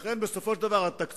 לכן בסופו של דבר התקציב